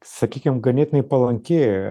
sakykim ganėtinai palanki